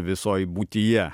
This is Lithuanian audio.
visoj būtyje